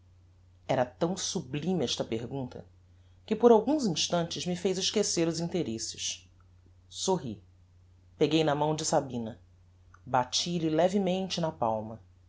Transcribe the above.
era tão sublime esta pergunta que por alguns instantes me fez esquecer os interesses sorri peguei na mão de sabina bati lhe levemente na palma